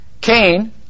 Cain